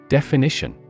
Definition